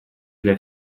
для